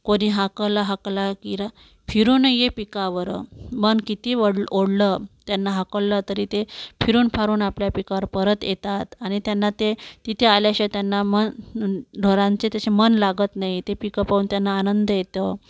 कोणी हाकला हाकला किर फिरून ये पिकावर मन किती वडलं ओढलं त्यांना हाकललं तरी ते फिरून फारून आपल्या पिकावर परत येतात आणि त्यांना ते तिथे आल्याशिवाय त्यांना मन ढोरांचे तसे मन लागत नाही ते पिकं पाहून त्यांना आनंद येतो